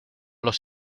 los